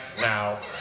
now